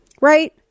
right